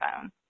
phone